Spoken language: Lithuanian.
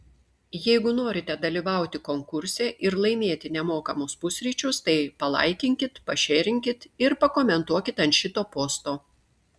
jeigu norite dalyvauti konkurse ir laimėti nemokamus pusryčius tai palaikinkit pašėrinkit ir pakomentuokit ant šito posto